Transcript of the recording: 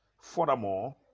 Furthermore